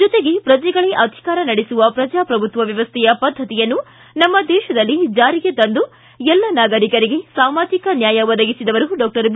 ಜೊತೆಗೆ ಪ್ರಜೆಗಳೇ ಅಧಿಕಾರ ನಡೆಸುವ ಪ್ರಜಾಪ್ರಭುತ್ವ ವ್ಯವಸ್ಥೆಯ ಪದ್ದತಿಯನ್ನು ನಮ್ಮ ದೇಶದಲ್ಲಿ ಜಾರಿಗೆ ತಂದು ಎಲ್ಲ ನಾಗರಿಕರಿಗೆ ಸಾಮಾಜಿಕ ನ್ಯಾಯ ಒದಗಿಸಿದವರು ಡಾಕ್ಷರ್ ಬಿ